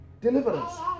Deliverance